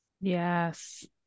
Yes